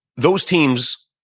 those teams,